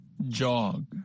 Jog